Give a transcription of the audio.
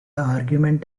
argument